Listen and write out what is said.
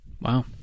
Wow